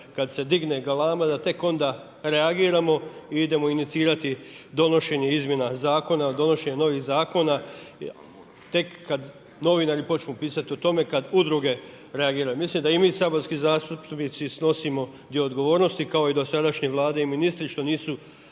kada se digne galama da tek onda reagiramo i idemo inicirati donošenja izmjena zakona, donošenja novih zakona. Tek kada novinari počnu pisati o tome, kada udruge reagiraju. Mislim da i mi saborski zastupnici snosimo dio odgovornosti kao i dosadašnje Vlade i ministri što nisu